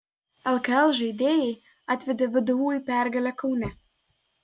lkl žaidėjai atvedė vdu į pergalę kaune